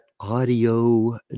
audio